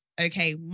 Okay